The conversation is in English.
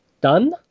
done